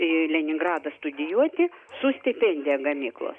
į leningradą studijuoti su stipendija gamyklos